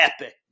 epic